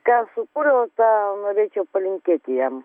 ką sukūriau tą norėčiau palinkėti jam